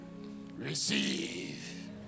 Receive